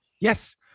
yes